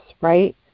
Right